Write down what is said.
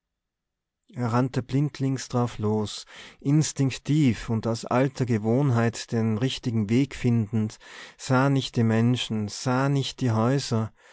er rannte blindlings drauf los instinktiv und aus alter gewohnheit den richtigen weg findend sah nicht die menschen sah nicht die häuser